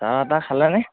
চাহ তাহ খালেনেে